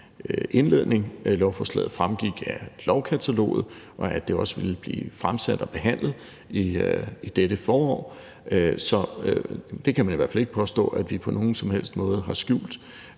indledning. Lovforslaget fremgik af lovkataloget, og det fremgik også, at det ville blive fremsat og behandlet i dette forår, så man kan i hvert fald ikke påstå, at vi på nogen som helst måde har skjult